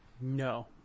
No